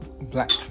black